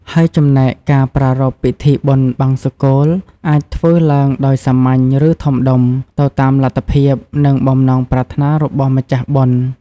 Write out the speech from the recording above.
ហើយចំណែកការប្រារព្វពិធីបុណ្យបង្សុកូល អាចធ្វើឡើងដោយសាមញ្ញ ឬធំដុំ ទៅតាមលទ្ធភាព និងបំណងប្រាថ្នារបស់ម្ចាស់បុណ្យ។